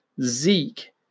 Zeke